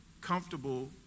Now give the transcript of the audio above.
comfortable